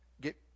get